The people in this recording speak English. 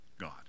God